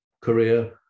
Korea